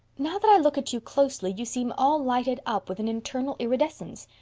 now that i look at you closely you seem all lighted up with an internal iridescence.